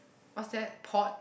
what's that port